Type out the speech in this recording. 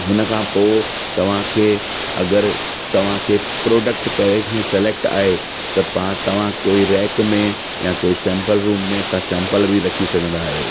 हुन खां पोइ तव्हांखे अगरि तव्हांखे प्रोडक्ट पहिरें खां ई सिलेक्ट आहे त पा तव्हां कोई रैक में या कोई सेम्पल रूम में का सेम्पल बि रखी सघंदा आहियो